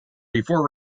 before